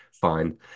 fine